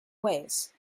ways